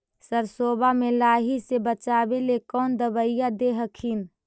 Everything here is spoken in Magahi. सरसोबा मे लाहि से बाचबे ले कौन दबइया दे हखिन?